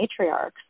matriarchs